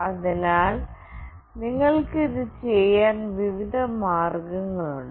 അതിനാൽ നിങ്ങൾക്ക് ഇത് ചെയ്യാൻ വിവിധ മാർഗങ്ങളുണ്ട്